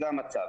זה המצב.